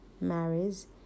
marries